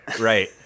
Right